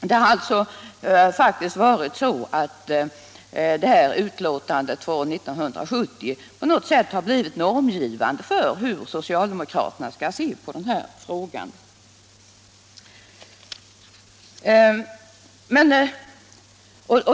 Det har alltså faktiskt varit så att detta utlåtande från 1970 i stort sett blivit normgivande för hur socialdemokraterna skall se på denna fråga.